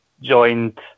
joined